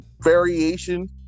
variation